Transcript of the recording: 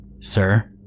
Sir